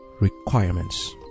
requirements